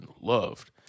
loved